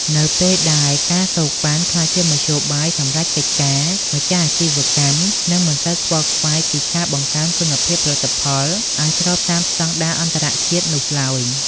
នៅពេលដែល ការសូកប៉ាន់ ក្លាយជាមធ្យោបាយសម្រេចកិច្ចការ ម្ចាស់អាជីវកម្មនឹងមិនសូវខ្វល់ខ្វាយពីការបង្កើនគុណភាពផលិតផលឱ្យស្របតាមស្ដង់ដារអន្តរជាតិនោះឡើយ។